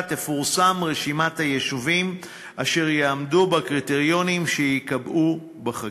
תפורסם רשימת היישובים אשר יעמדו בקריטריונים שייקבעו בחקיקה.